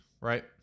Right